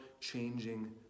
changing